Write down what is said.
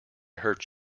hurt